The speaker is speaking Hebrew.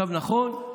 נכון,